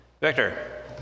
Victor